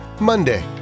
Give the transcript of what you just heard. Monday